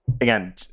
again